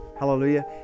Hallelujah